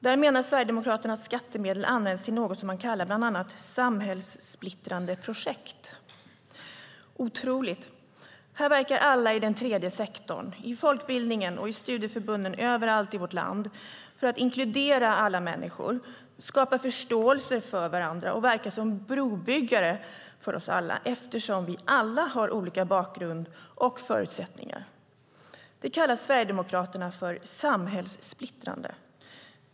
Där menar Sverigedemokraterna att skattemedel används till något som man kallar bland annat samhällssplittrande projekt. Det är otroligt. Här verkar alla i den tredje sektorn, i folkbildningen och i studieförbunden överallt i vårt land för att inkludera alla människor, skapa förståelse för oss alla och verka som brobyggare eftersom vi alla har olika bakgrund och förutsättningar. Det kallar Sverigedemokraterna för samhällssplittrande.